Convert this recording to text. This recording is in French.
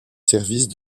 service